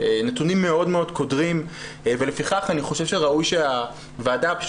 נתונים מאוד קודרים ולפיכך אני חושב שראוי שהוועדה,